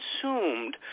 consumed